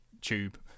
tube